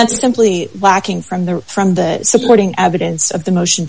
that's simply lacking from the from the supporting evidence of the motion